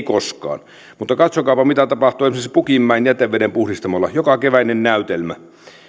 koskaan mutta katsokaapa mitä tapahtuu esimerkiksi pukinmäen jätevedenpuhdistamolla joka keväinen näytelmä